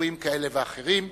ציבוריים כאלה ואחרים.